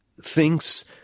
thinks